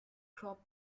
crop